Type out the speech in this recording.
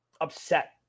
upset